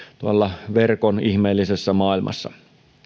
tuolla verkon ihmeellisessä maailmassa